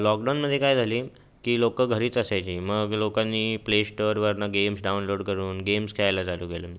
लॉकडाऊनमध्ये काय झाले की लोकं घरीच असायचे मग लोकांनी प्लेस्टोअरवरनं गेम्स डाऊनलोड करून गेम्स खेळायला चालू केलं